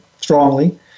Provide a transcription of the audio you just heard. strongly